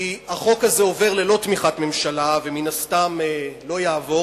כי החוק הזה עולה ללא תמיכת ממשלה ומן הסתם לא יעבור,